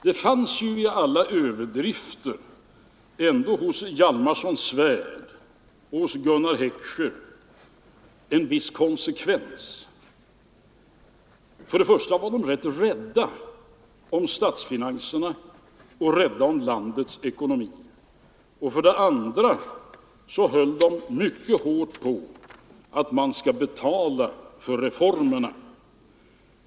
Det fanns ju trots alla överdrifter ändå hos Hjalmarson-Svärd och Gunnar Heckscher en viss konsekvens. För det första var de ganska rädda om statsfinanserna och rädda om landets ekonomi, och för det andra höll de mycket hårt på att man skall betala för reformerna.